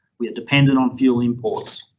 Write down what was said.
we are dependent on fuel imports.